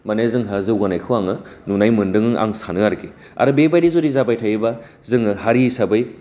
माने जोंहा जौगानायखौ आङो नुनाय मोनदों आं सानो आरोखि आरो बे बायदि जुदि जोङो जाबाय थायोबा जोङो हारि हिसाबै